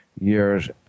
years